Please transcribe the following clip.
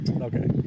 Okay